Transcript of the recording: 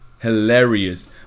hilarious